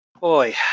Boy